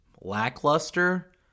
lackluster